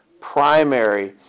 primary